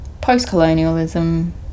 post-colonialism